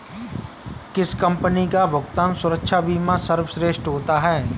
किस कंपनी का भुगतान सुरक्षा बीमा सर्वश्रेष्ठ होता है?